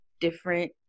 different